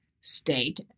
state